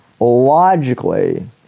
Logically